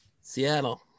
Seattle